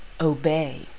obey